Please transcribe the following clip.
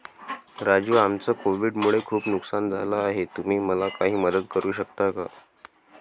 राजू आमचं कोविड मुळे खूप नुकसान झालं आहे तुम्ही मला काही मदत करू शकता का?